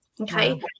okay